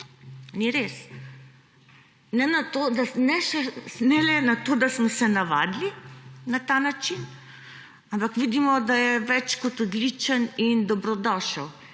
Ni res. Ne le, da smo se navadili na ta način, ampak vidimo, da je več kot odličen in dobrodošel